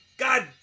God